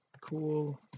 cool